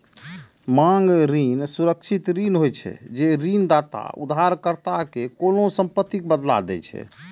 मांग ऋण सुरक्षित ऋण होइ छै, जे ऋणदाता उधारकर्ता कें कोनों संपत्तिक बदला दै छै